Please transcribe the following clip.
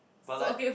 but like